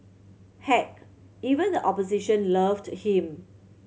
heck even the opposition loved him